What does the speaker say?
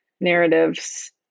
narratives